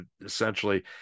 essentially